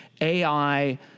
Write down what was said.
AI